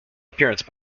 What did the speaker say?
appearance